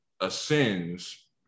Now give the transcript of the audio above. ascends